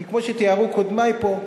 כי כמו שתיארו קודמי פה,